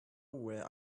where